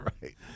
right